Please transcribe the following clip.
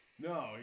No